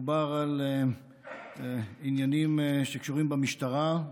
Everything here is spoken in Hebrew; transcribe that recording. מדובר על עניינים שקשורים למשטרה,